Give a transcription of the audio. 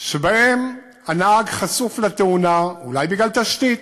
שבהן הנהג חשוף לתאונה, אולי בגלל תשתית,